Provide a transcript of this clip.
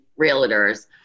realtors